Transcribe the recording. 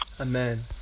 Amen